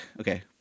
Okay